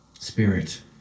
Spirit